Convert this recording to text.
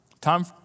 Time